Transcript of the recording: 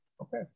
Okay